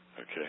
Okay